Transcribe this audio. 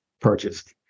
purchased